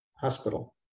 Hospital